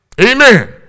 Amen